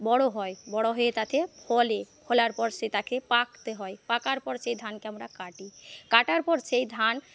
বড়ো হয় বড়ো হয়ে তাতে ফলে ফলার পর সে তাকে পাকতে হয় পাকার পর সেই ধানকে আমরা কাটি কাটার পর সেই ধান